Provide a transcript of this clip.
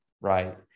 right